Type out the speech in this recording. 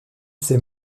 ces